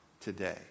today